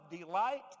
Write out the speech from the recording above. delight